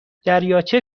دریاچه